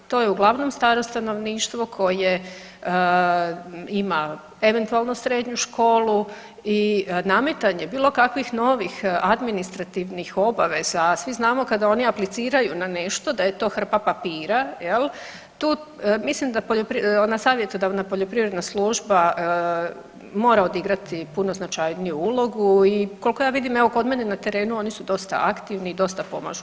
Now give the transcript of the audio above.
To je uglavnom staro stanovništvo koje ima eventualno srednju školu i nametanje bilo kakvih novih administrativnih obaveza, a svi znamo kada oni apliciraju na nešto da je to hrpa papira jel, tu, mislim da ona savjetodavna poljoprivredna služba mora odigrati puno značajniju ulogu i koliko ja vidim evo kod mene na terenu oni su dosta aktivni i dosta pomažu